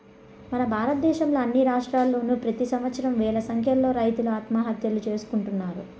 మన భారతదేశంలో అన్ని రాష్ట్రాల్లోనూ ప్రెతి సంవత్సరం వేల సంఖ్యలో రైతులు ఆత్మహత్యలు చేసుకుంటున్నారు